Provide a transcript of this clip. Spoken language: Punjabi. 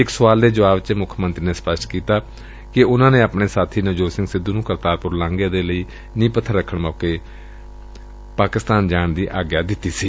ਇੱਕ ਸਵਾਲ ਦੇ ਜਵਾਬ ਚ ਮੁੱਖ ਮੰਤਰੀ ਨੇ ਸਪਸ਼ਟ ਕੀਤਾ ਕਿ ਉਨੂਾਂ ਨੇ ਆਪਣੇ ਸਾਬੀ ਨਵਜੋਤ ਸਿੰਘ ਸਿੱਧੁ ਨੂੰ ਕਰਤਾਰਪੁਰ ਲਾਂਘੇ ਦੇ ਲਈ ਨੀਹ ਪੱਬਰ ਰੱਖਣ ਦੇ ਮੌਕੇ ਪਾਕਿਸਤਾਨ ਜਾਣ ਦੀ ਆਗਿਆ ਦਿੱਤੀ ਸੀ